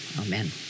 amen